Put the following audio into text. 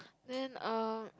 then um